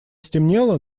стемнело